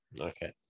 Okay